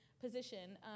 position